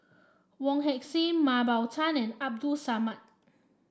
Wong Heck Sing Mah Bow Tan and Abdul Samad